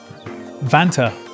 Vanta